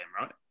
right